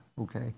okay